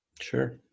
Sure